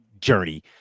journey